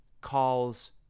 calls